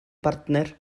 bartner